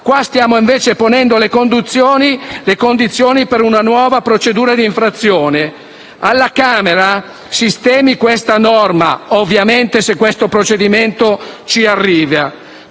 Qui stiamo invece ponendo le condizioni per una nuova procedura d'infrazione. Alla Camera sistemi questa norma, ovviamente se questo procedimento ci arriva.